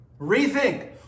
rethink